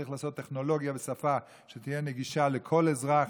צריך לעשות טכנולוגיה ושפה שתהיה נגישה לכל אזרח,